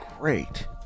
great